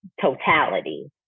totality